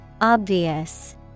Obvious